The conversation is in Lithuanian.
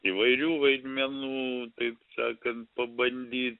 įvairių vaidmenų taip sakant pabandyt